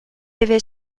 avait